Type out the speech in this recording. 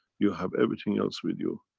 you have everything else with you.